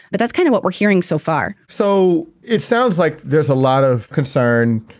but that's kind of what we're hearing so far so it sounds like there's a lot of concern,